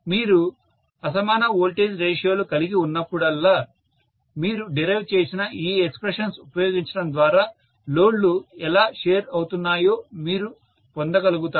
మీరు అసమాన వోల్టేజ్ రేషియోలు కలిగి ఉన్నప్పుడల్లా మీరు డిరైవ్ చేసిన ఈ ఎక్స్ప్రెషన్స్ ఉపయోగించడం ద్వారా లోడ్లు ఎలా షేర్ అవుతున్నాయో మీరు పొందగలుగుతారు